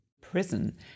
Prison